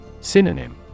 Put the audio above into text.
Synonym